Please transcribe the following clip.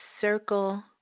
circle